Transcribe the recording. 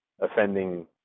offending